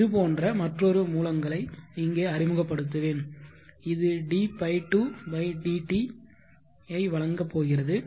இது போன்ற மற்றொரு மூலங்களை இங்கே அறிமுகப்படுத்துவேன் இது dϕ2 dt ஐ வழங்கப் போகிறது